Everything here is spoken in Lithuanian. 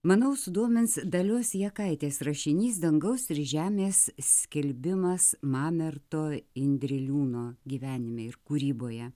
manau sudomins dalios jakaitės rašinys dangaus ir žemės skelbimas mamerto indriliūno gyvenime ir kūryboje